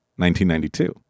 1992-